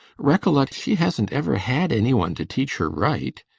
recollect she hasn't ever had anyone to teach her right.